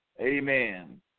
amen